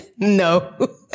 No